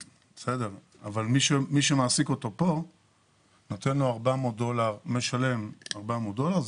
בסדר, אבל מי שמעסיק אותו פה נותן משלם 400 דולר.